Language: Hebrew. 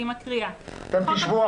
טלי,